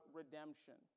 redemption